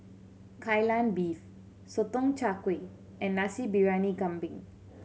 Kai Lan Beef Sotong Char Kway and Nasi Briyani Kambing